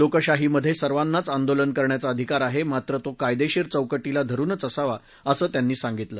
लोकशाहीमधे सर्वानाच आंदोलन करण्याचा अधिकार आहे मात्र तो कायदेशीर चौकटीला धरुनच असावा असं त्यांनी सांगितलं